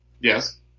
Yes